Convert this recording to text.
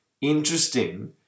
interesting